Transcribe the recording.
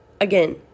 again